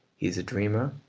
he is a dreamer,